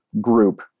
group